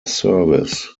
service